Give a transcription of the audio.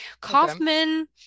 Kaufman